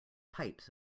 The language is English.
pipes